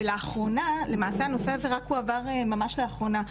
ולמעשה הנושא הזה הועבר רק ממש לאחרונה.